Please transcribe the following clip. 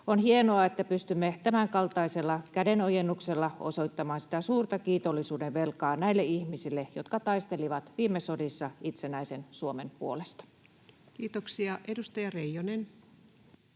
On hienoa, että pystymme tämänkaltaisella kädenojennuksella osoittamaan sitä suurta kiitollisuudenvelkaa näille ihmisille, jotka taistelivat viime sodissa itsenäisen Suomen puolesta. Kiitoksia. — Edustaja Reijonen.